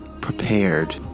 prepared